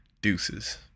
Deuces